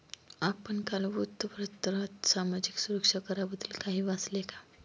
आपण काल वृत्तपत्रात सामाजिक सुरक्षा कराबद्दल काही वाचले का?